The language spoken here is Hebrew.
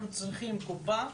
אנחנו צריכים קופה,